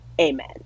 Amen